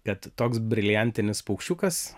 kad toks briliantinis paukščiukas